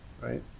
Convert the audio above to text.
right